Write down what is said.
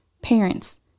Parents